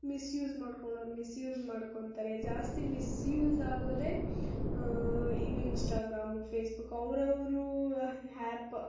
misuse ಮಾಡ್ಕೊಳ್ಳೋರು misuse ಮಾಡ್ಕೊತಾರೆ ಜಾಸ್ತಿ ಮಿಸ್ಯೂಸ್ ಆಗೋದೇ ಈಗ ಇನ್ಸ್ಟಾಗ್ರಾಮು ಫೇಸ್ಬುಕ್ಕು ಅವ್ರವ್ರ ಹ್ಯಾಪ್